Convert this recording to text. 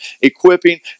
equipping